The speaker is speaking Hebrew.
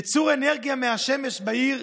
ייצור אנרגיה מהשמש בעיר,